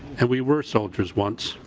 and we were soldiers once.